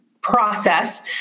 process